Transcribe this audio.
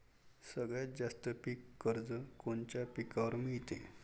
सगळ्यात जास्त पीक कर्ज कोनच्या पिकावर मिळते?